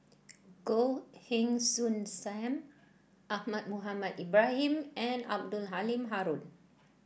Goh Heng Soon Sam Ahmad Mohamed Ibrahim and Abdul Halim Haron